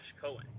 Cohen